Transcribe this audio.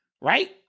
Right